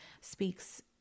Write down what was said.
speaks